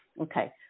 Okay